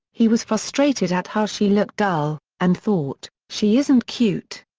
he was frustrated at how she looked dull and thought, she isn't cute.